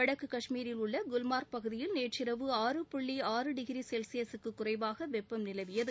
வகடகு காஷ்மீரில் உள்ள குல்மார்க் பகுதியில் நேற்றிரவு ஆறு புள்ளி ஆறு டிகிரி செல்சியஸூக்கு குறைவாக வெப்பம் நிலவியது